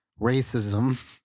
Racism